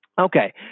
Okay